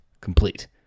complete